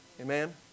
Amen